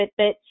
Fitbit